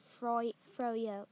Froyo